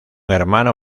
hermano